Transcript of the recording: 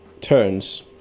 turns